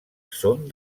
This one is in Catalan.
són